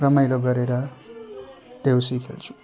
रमाइलो गरेर देउसी खेल्छौँ